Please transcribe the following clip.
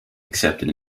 accepted